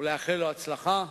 ולאחל לו הצלחה,